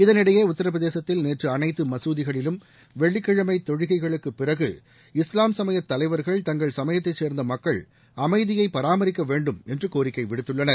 இதனிடையே உத்தரப்பிரதேசத்தில் நேற்று அனைத்து மசூதிகளிலும் வெள்ளிக்கிழமை தொழுகைகளுக்குப்பிறகு இஸ்வாம் சமய தலைவர்கள் தங்கள் சமயத்தைச் சேர்ந்த மக்கள் அமைதியை பராமரிக்க வேண்டும் என்று கோரிக்கை விடுத்துள்ளனர்